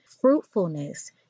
Fruitfulness